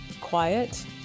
quiet